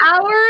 hours